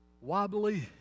wobbly